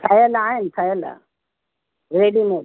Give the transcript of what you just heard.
ठहियलु आहिनि ठहियलु रेडीमेड